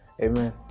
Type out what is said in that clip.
amen